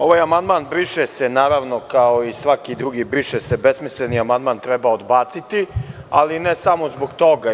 Ovaj amandman briše se, naravno, kao i svaki drugi besmisleni amandman i treba ga odbaciti, ali ne samo zbog toga.